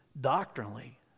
doctrinally